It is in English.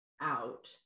out